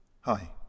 Hi